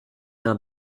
d’un